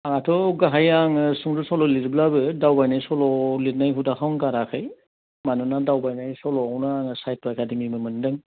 आंहाथ' गाहाय आङो सुंद' सल' लिरब्लाबो दावबायनाय सल' लिरनाय हुदाखौ आं गाराखै मानोना दावबायनाय सल'आवनो आङो साहित्य एकाडेमिबो मोनदों